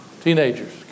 teenagers